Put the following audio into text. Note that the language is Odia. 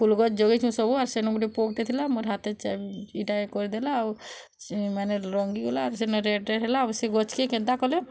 ଫୁଲ୍ ଗଛ ଯୋଗାଇଛନ୍ତି ସବୁ ଆର୍ ସେନୁ ଗୋଟେ ପୋକ୍ଟେ ଥିଲା ମୋର ହାତେ ଇଟା କରିଦେଲା ଆଉ ସେ ମାନେ ରଙ୍ଗି ଗଲା ସେନୁ ରେଡ଼୍ ରେଡ଼୍ ହେଲା ସେ ଗଛ୍କେ କେନ୍ତା କଲେ